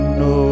no